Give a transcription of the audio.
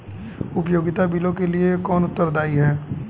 उपयोगिता बिलों के लिए कौन उत्तरदायी है?